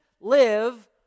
live